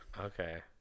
Okay